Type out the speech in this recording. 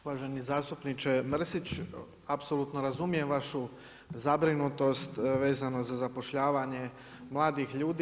Uvaženi zastupniče Mrsić, apsolutno razumijem vašu zabrinutost vezano za zapošljavanje mladih ljudi.